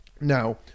Now